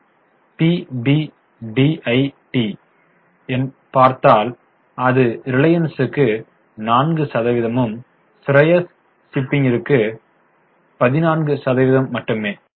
நாம் பிபிடிஐடிக்குச் பார்த்தால் அது ரிலையன்ஸ்க்கு 4 சதவீதமும் ஸ்ரேயாஸ் ஷாப்பிங்கிற்கு 14 சதவீதம் மட்டுமே